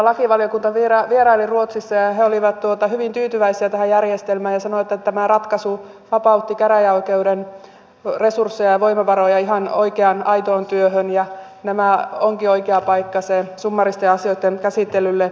lakivaliokunta vieraili ruotsissa ja he olivat hyvin tyytyväisiä tähän järjestelmään ja sanoivat että tämä ratkaisu vapautti käräjäoikeuden resursseja ja voimavaroja ihan oikeaan aitoon työhön ja tuo voudinvirasto onkin oikea paikka summaaristen asioitten käsittelylle